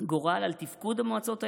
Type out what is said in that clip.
גורל על תפקוד המועצות האזוריות,